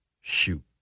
Shoot